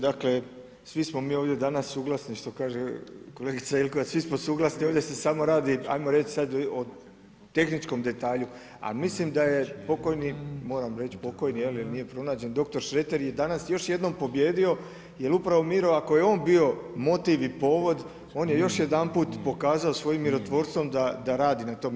Dakle, svi smo mi ovdje danas suglasni što kaže kolegica Jelkovac, svi smo suglasni, ovdje se samo radi ajmo reći ad o tehničkom detalju a mislim da je pokojni, moram reći pokojni, je li, jer nije pronađen, dr. Šreter je danas još jednom pobijedio jer upravo Miro, ako je on bio motiv i povod, on je još jedanput pokazao svojim mirotvorstvom da radi na tome.